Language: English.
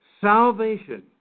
Salvation